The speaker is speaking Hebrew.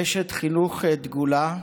אשת חינוך דגולה,